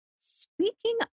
Speaking